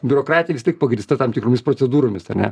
biurokratija vis tiek pagrįsta tam tikromis procedūromis ar ne